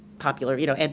popular, you know and